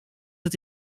het